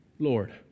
Lord